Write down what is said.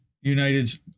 United's